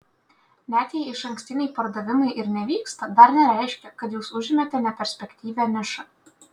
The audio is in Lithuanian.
net jei išankstiniai pardavimai ir nevyksta dar nereiškia kad jūs užėmėte neperspektyvią nišą